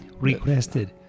requested